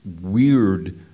weird